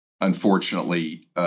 unfortunately